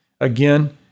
Again